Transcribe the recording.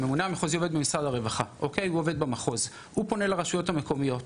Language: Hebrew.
שהוא עובד במשרד הרווחה והוא פונה לרשויות המקומיות.